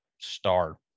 star